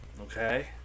Okay